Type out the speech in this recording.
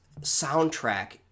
soundtrack